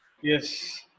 yes